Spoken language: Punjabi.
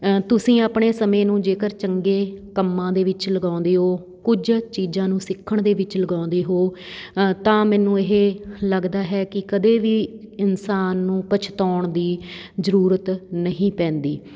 ਤੁਸੀਂ ਆਪਣੇ ਸਮੇਂ ਨੂੰ ਜੇਕਰ ਚੰਗੇ ਕੰਮਾਂ ਦੇ ਵਿੱਚ ਲਗਾਉਂਦੇ ਹੋ ਕੁਝ ਚੀਜ਼ਾਂ ਨੂੰ ਸਿੱਖਣ ਦੇ ਵਿੱਚ ਲਗਾਉਂਦੇ ਹੋ ਤਾਂ ਮੈਨੂੰ ਇਹ ਲੱਗਦਾ ਹੈ ਕਿ ਕਦੇ ਵੀ ਇਨਸਾਨ ਨੂੰ ਪਛਤਾਉਣ ਦੀ ਜ਼ਰੂਰਤ ਨਹੀਂ ਪੈਂਦੀ